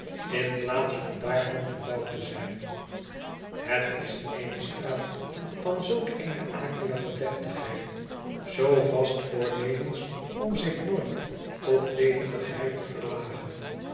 in plaats van daarvan gebouwd te zijn het is eene straat van zulk eene akelige deftigheid zoo vast voornemens om zich nooit tot levendigheid te verlagen